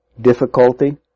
difficulty